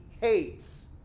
hates